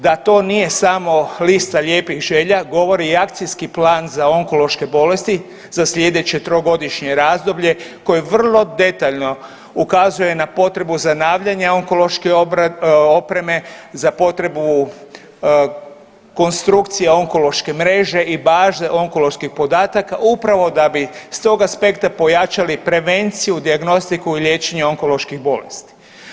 Da to nije samo lista lijepih želja govori i akcijski plan za onkološke bolesti za slijedeće trogodišnje razdoblje koje vrlo detaljno ukazuje na potrebu zanavljanja onkološke opreme za potrebu konstrukcije onkološke mreže i baze onkoloških podataka upravo da bi s tog aspekta pojačali prevenciju, dijagnostiku i liječenje onkoloških bolesti.